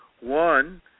One